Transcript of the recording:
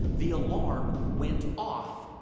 the alarm went off,